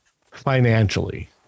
financially